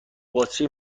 باتری